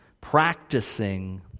practicing